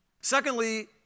Secondly